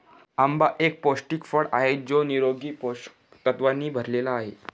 आंबा एक पौष्टिक फळ आहे जो निरोगी पोषक तत्वांनी भरलेला आहे